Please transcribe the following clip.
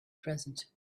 present